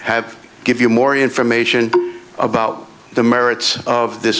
have give you more information about the merits of this